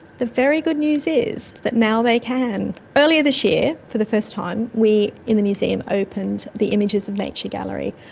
very good news is that now they can. earlier this year for the first time we in the museum opened the images of nature gallery.